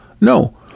No